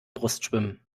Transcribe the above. brustschwimmen